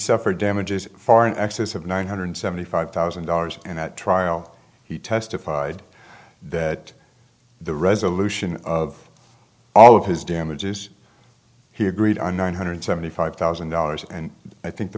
suffered damages far in excess of one hundred seventy five thousand dollars and at trial he testified that the resolution of all of his damages he agreed on one hundred seventy five thousand dollars and i think the